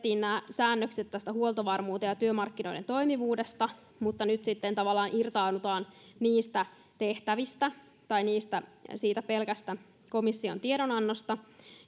säännökset tästä huoltovarmuudesta ja työmarkkinoiden toimivuudesta mutta nyt sitten tavallaan irtaudutaan niistä tehtävistä siitä pelkästä komission tiedonannosta